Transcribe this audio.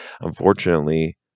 unfortunately